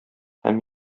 һәм